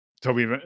Toby